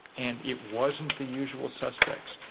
and it wasn't the usual suspects.